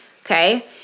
okay